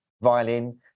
violin